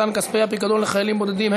מתן כספי הפיקדון לחיילים בודדים),